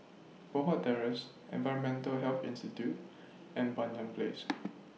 Poh Huat Terrace Environmental Health Institute and Banyan Place